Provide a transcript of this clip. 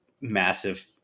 massive